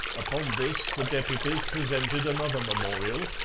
upon this the deputies presented another memorial,